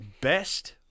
best